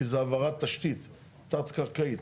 כי זה העברת תשתית תת קרקעית.